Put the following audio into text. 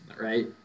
right